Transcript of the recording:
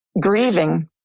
Grieving